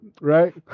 Right